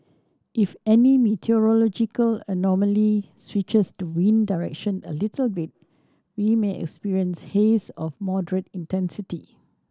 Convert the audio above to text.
if any meteorological anomaly switches the wind direction a little bit we may experience haze of moderate intensity